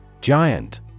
Giant